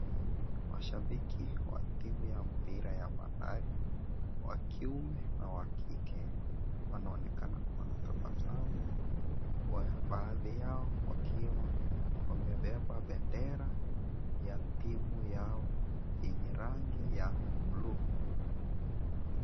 Mashabiki wa timu ya mpira ya Bandari wa kiume nawa kike wanaonekana kuwa na tabasamu baadhi yao wakiwa wamebeba bendera ya timu yao yenye rangi ya bluu .